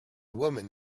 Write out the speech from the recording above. woman